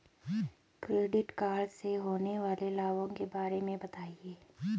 Credit card से होने वाले लाभों के बारे में बताएं?